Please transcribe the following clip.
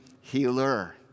healer